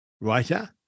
writer